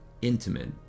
intimate